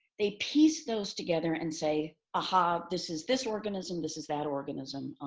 they piece those together and say, aha, this is this organism, this is that organism,